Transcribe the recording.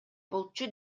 болчу